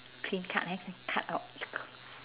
clean cut eh cut out